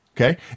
Okay